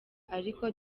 ariko